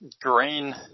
green